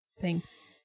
Thanks